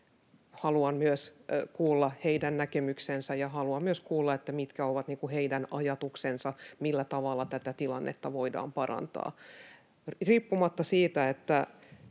haluan myös kuulla heidän näkemyksensä, ja haluan myös kuulla, mitkä ovat heidän ajatuksensa siitä, millä tavalla tätä tilannetta voidaan parantaa. Riippumatta siitä, millä